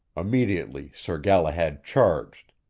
immediately, sir galahad charged.